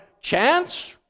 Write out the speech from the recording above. chance